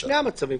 בשני המצבים.